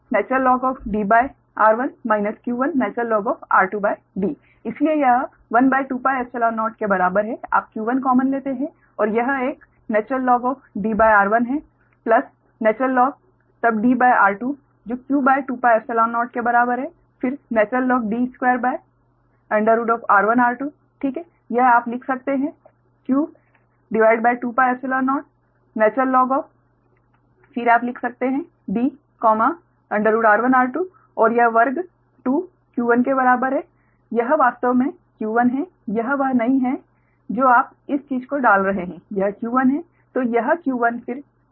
इसलिए यह 12πϵ0 के बराबर है आप q1 कॉमन लेते हैं और यह एक Dr1 है प्लस In तब Dr2 जो q2πϵ0 के बराबर है फिर InD2r1r2 ठीक है यह आप लिख सकते हैं q2πϵ0 In फिर आप लिख सकते हैं D r1r2 ओर यह वर्ग 2 𝑞1 के बराबर है यह वास्तव में 𝑞1 है यह वह नहीं है जो आप इस चीज को डाल रहे हैं यह 𝑞1 है